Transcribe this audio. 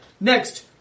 next